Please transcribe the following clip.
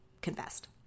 confessed